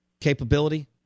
capability